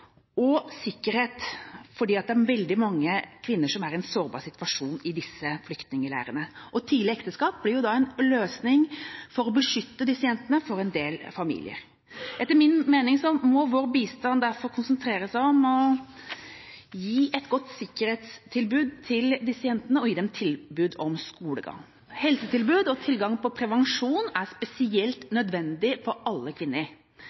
og sikkerhet, for det er veldig mange kvinner som er i en sårbar situasjon i disse flyktningleirene. Tidlig ekteskap blir en løsning for en del familier for å beskytte disse jentene. Etter min mening må vår bistand derfor konsentrere seg om å gi et godt sikkerhetstilbud til disse jentene og gi dem tilbud om skolegang. Helsetilbud og tilgang på prevensjon er spesielt nødvendig for alle kvinner.